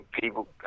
people